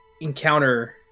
encounter